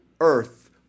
earth